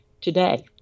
today